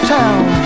town